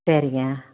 சரிங்க